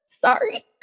sorry